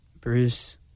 Bruce